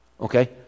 Okay